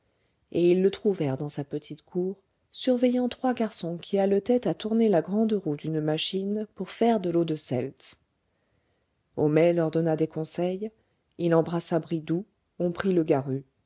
et ils le trouvèrent dans sa petite cour surveillant trois garçons qui haletaient à tourner la grande roue d'une machine pour faire de l'eau de seltz homais leur donna des conseils il embrassa bridoux on prit le garus